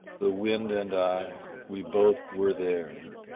the wind and i, we both were there,